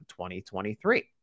2023